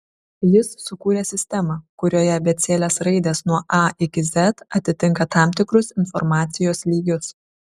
jis sukūrė sistemą kurioje abėcėlės raidės nuo a iki z atitinka tam tikrus informacijos lygius